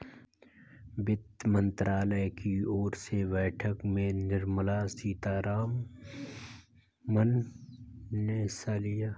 वित्त मंत्रालय की ओर से बैठक में निर्मला सीतारमन ने हिस्सा लिया